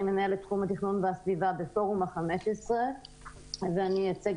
אני מנהלת תחום התכנון והסביבה בפורום ה-15 ואני אייצג